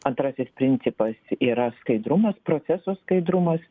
antrasis principas yra skaidrumas proceso skaidrumas